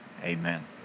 Amen